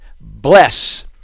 bless